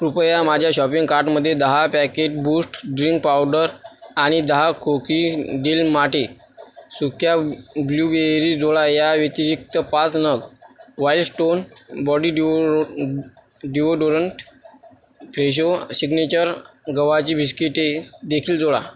कृपया माझ्या शॉपिंग कार्टमधे दहा पॅकेट बूश्ट ड्रिंक पावडर आणि दहा खोकी डेल माटे सुक्या ब्ल्यूबेरी जोडा या व्यतिरिक्त पाच नग वाई स्टोन बॉडी डिओ डिओडोरंट फेशो शिग्नेचर गव्हाची बिश्किटेदेखील जोडा